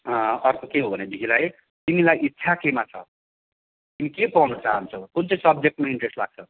अर्को के हो भनेदेखिलाई तिमीलाई इच्छा केमा छ तिमी के पढ्नु चाहन्छौ कुन चाहिँ सब्जेक्टमा इन्ट्रेस्ट लाग्छ